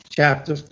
Chapter